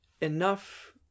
enough